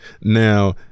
Now